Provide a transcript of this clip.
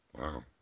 Wow